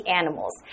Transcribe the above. animals